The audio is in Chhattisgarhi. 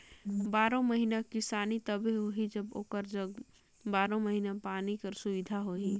बारो महिना किसानी तबे होही जब ओकर जग बारो महिना पानी कर सुबिधा होही